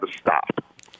stop